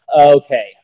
okay